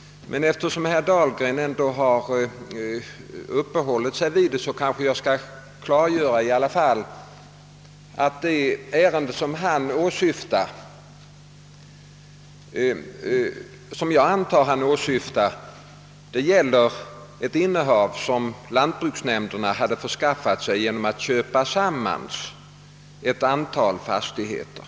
Men eftersom herr Dahlgren ändå har uppehållit sig vid det vill jag i alla fall klargöra att det ärende, som jag antar han åsyftar, gäller ett innehav som lantbruksnämnden hade förskaffat sig genom att köpa ett antal fastigheter.